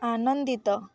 ଆନନ୍ଦିତ